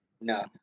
No